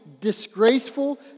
disgraceful